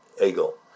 Eagle